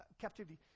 captivity